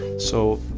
so,